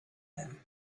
him